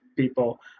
people